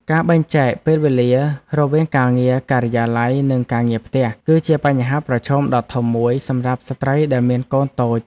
ការបែងចែកពេលវេលារវាងការងារការិយាល័យនិងការងារផ្ទះ គឺជាបញ្ហាប្រឈមដ៏ធំមួយសម្រាប់ស្ត្រីដែលមានកូនតូច។